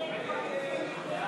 סיעת ש"ס להביע